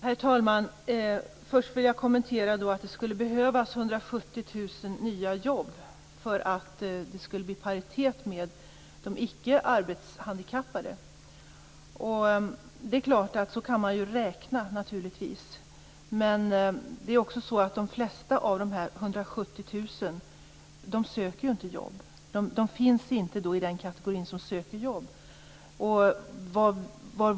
Herr talman! Först vill jag kommentera att det skulle behövas 170 000 nya jobb för att det skulle bli paritet med de icke arbetshandikappade. Det är klart att man kan räkna så. Men de flesta av de här 170 000 söker ju inte jobb. De finns inte i den kategori som söker jobb.